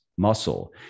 muscle